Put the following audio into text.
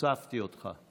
שרות נכבדות,